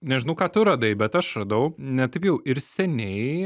nežinau ką tu radai bet aš radau ne taip jau ir seniai